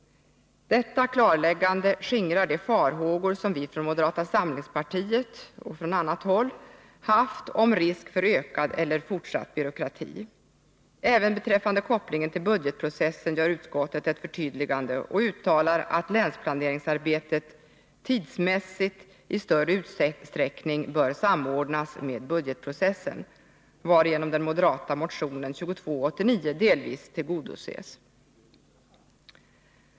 Detta klarläggande skingrar de farhågor som vi från moderata samlingspartiet och även andra hyst när det gäller risken för en ökad eller fortsatt byråkrati. Även beträffande kopplingen till budgetprocessen gör utskottet ett förtydligande. Man uttalar att länsplaneringsarbetet tidsmässigt i större utsträckning bör samordnas med budgetprocessen, varigenom den moderata motionen 2289 delvis tillgodoses.